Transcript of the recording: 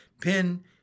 Pin